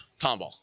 Tomball